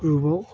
ग्रुपआव